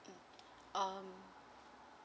mm um